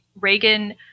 Reagan